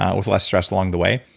ah with less stress along the way?